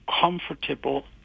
comfortable